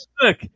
look